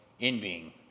envying